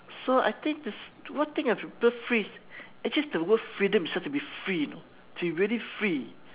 so I think this one thing I prefer free actually is the word freedom such to be free know to be really free